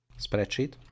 Spreadsheet